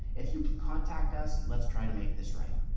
if you contact us, let's try to make this right.